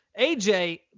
AJ